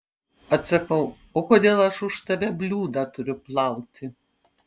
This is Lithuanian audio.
atsakau o kodėl aš už tave bliūdą turiu plauti